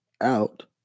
out